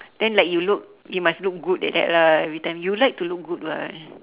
then like you look you must look good like that lah every time you like to look good [what]